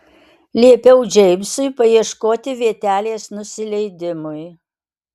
liepiau džeimsui paieškoti vietelės nusileidimui